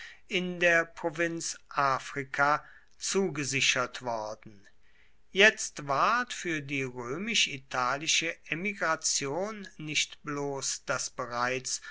in der provinz africa zugesichert worden jetzt ward für die römisch italische emigration nicht bloß das bereits